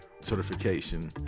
certification